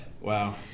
Wow